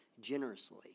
generously